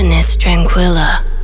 tranquilla